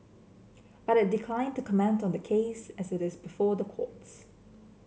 but it declined to comment on the case as it is before the courts